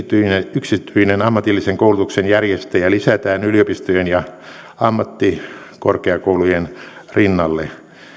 yksityinen ammatillisen koulutuksen järjestäjä lisätään yliopistojen ja ammattikorkeakoulujen rinnalle